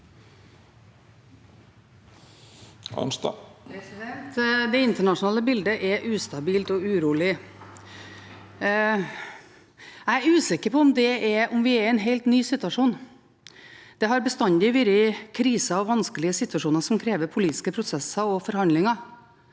Det internasjonale bildet er ustabilt og urolig. Jeg er usikker på om vi er i en helt ny situasjon. Det har bestandig vært kriser og vanskelige situasjoner som krever politiske prosesser og forhandlinger,